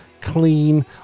clean